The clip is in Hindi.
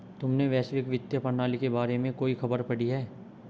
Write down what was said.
तुमने वैश्विक वित्तीय प्रणाली के बारे में कोई खबर पढ़ी है?